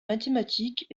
mathématiques